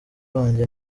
wanjye